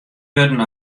wurden